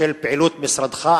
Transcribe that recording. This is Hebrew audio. של פעילות משרדך?